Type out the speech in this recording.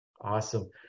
Awesome